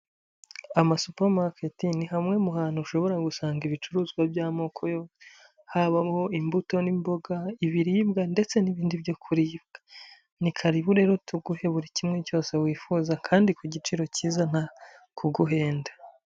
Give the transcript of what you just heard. Ama supamaketi ni hamwe mu hantu ushobora gusanga ibicuruzwa by'amoko, habamo imbuto n'imboga, ibiribwa ndetse n'ibindi byo kurwa, ni karibu rero tuguhe buri kimwe cyose wifuza kandi ku giciro cyiza nta kuguhenda.